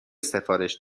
سفارش